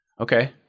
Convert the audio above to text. Okay